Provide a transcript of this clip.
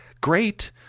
great